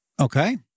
Okay